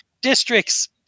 districts